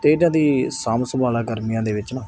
ਅਤੇ ਇਹਨਾਂ ਦੀ ਸਾਂਭ ਸੰਭਾਲ ਗਰਮੀਆਂ ਦੇ ਵਿੱਚ ਨਾ